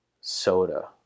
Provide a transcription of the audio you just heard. soda